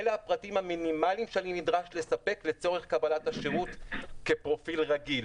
אלה הפרטים המינימליים שאני נדרש לספק לצורך קבלת השירות כפרופיל רגיל.